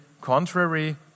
contrary